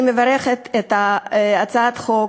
אני מברכת על הצעת החוק,